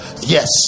yes